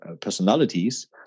personalities